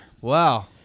Wow